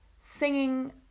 singing